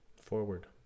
forward